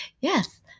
yes